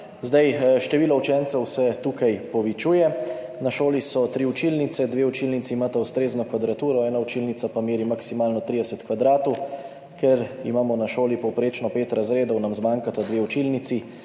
stanju. Število učencev se tukaj povečuje, na šoli so tri učilnice, dve učilnici imata ustrezno kvadraturo, ena učilnica pa meri maksimalno 30 kvadratov. Ker imamo na šoli povprečno pet razredov, nam zmanjkata dve učilnici.